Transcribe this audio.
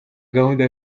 gahunda